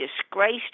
disgraced